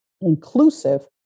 inclusive